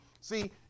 See